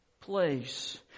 place